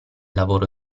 lavoro